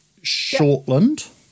Shortland